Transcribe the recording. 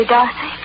Darcy